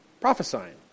Prophesying